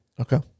Okay